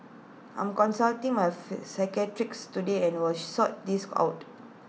I'm consulting my psychiatrist today and will she sort this out